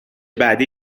بعدی